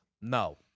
No